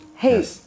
Hey